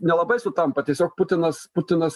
nelabai sutampa tiesiog putinas putinas